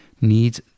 need